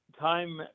time